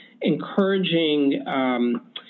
encouraging